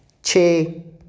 ਛੇ